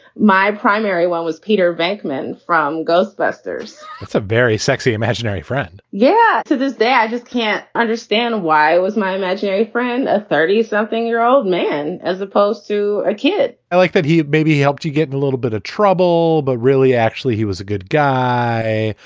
my primary one was peter bergman from ghostbusters it's a very sexy imaginary friend. yeah. to this day, i just can't understand why was my imaginary friend, a thirty something year old man as opposed to a kid? i like that. he maybe helped to get a little bit trouble, but really, actually, he was a good guy.